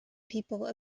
people